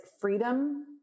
freedom